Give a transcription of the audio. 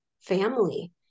family